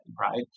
right